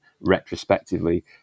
retrospectively